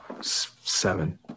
Seven